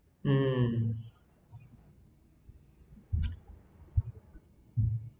mm